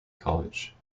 college